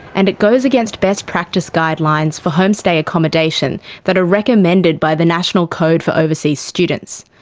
and it goes against best practice guidelines for homestay accommodation that are recommended by the national code for overseas students.